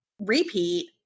repeat